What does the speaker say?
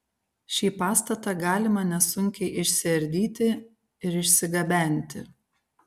šį pastatą galima nesunkiai išsiardyti ir išsigabenti